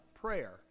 prayer